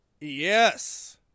yes